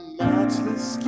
matchless